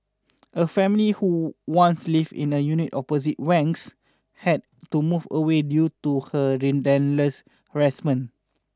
a family who once lived in a unit opposite Wang's had to move away due to her relentless harassment